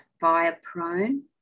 fire-prone